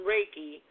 Reiki